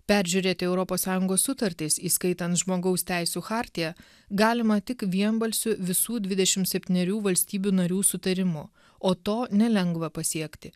peržiūrėti europos sąjungos sutartis įskaitant žmogaus teisių chartiją galima tik vienbalsiu visų dvidešim septynerių valstybių narių sutarimu o to nelengva pasiekti